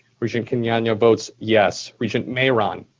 regent kenyanya votes yes. regent mayeron?